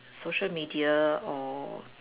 social Media or